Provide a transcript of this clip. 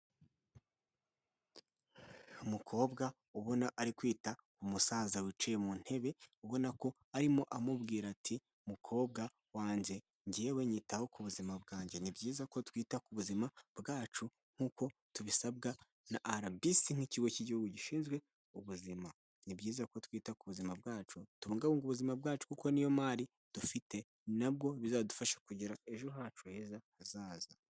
Umukobwa ubona ari kwita ku musaza wicaye mu ntebe, ubona ko arimo amubwira ati mukobwa wanjye njyewe nyitaho ku buzima bwanjye. Ni byiza ko twita ku buzima bwacu nk'uko tubisabwa na RBC nk'Ikigo cy'Igihugu gishinzwe Ubuzima. Ni byiza ko twita ku buzima bwacu. Tubungabunge ubuzima bwacu kuko ni yo mari dufite, ni nabwo bizadufasha kugira ejo hacu heza hazaza.